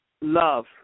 love